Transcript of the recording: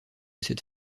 cette